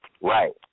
Right